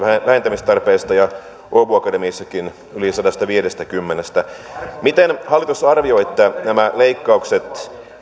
vähentämistarpeesta ja åbo akademissakin yli sadastaviidestäkymmenestä miten hallitus arvioitte että nämä leikkaukset